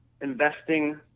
Investing